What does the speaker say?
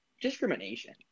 discrimination